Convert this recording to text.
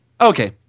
Okay